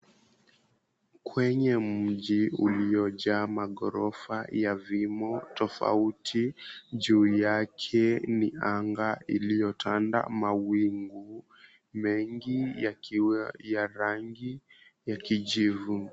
Kwenye maji uliojaa maghorofa na vimo tofauti, juu yake anga iliyotanda mawingu mengi yakiwa ya rangi ya kijivu.